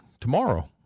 tomorrow